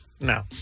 No